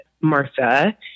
Martha